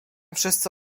wszyscy